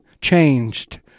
changed